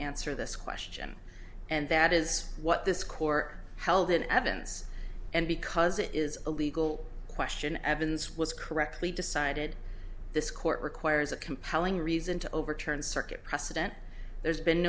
answer this question and that is what this core held in evidence and because it is a legal question evans was correctly decided this court requires a compelling reason to overturn circuit precedent there's been